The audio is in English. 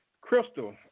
Crystal